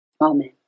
amen